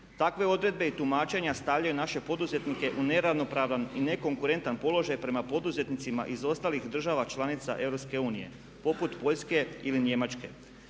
Takve odredbe i tumačenja stavljaju naše poduzetnike u neravnopravan i nekonkurentan položaj prema poduzetnicima iz ostalih država članica EU poput Poljske ili Njemačke.